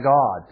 God